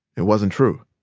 it wasn't true.